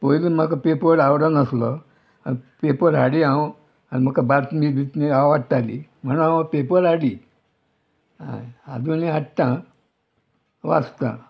पयलू म्हाका पेपर आवडनासलो पेपर हाडी हांव आनी म्हाका बातमी बितमी आवडटाली म्हणून हांव पेपर हाडी हय आजूनी हाडटा वाचतां